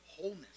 wholeness